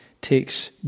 takes